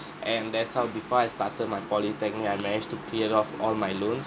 and that's how before I started my polytechnic I manage to cleared off all my loans